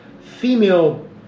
female